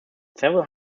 several